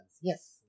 Yes